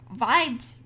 vibed